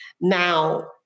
Now